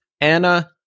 Anna